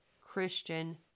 Christian